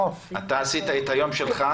אני חושב שאתה עשית את היום שלך.